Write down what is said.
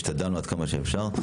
השתדלנו עד כמה שאפשר.